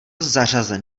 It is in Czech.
zařazen